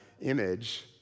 image